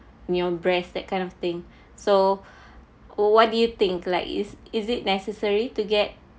you know breast that kind of thing so what do you think like is is it necessary to get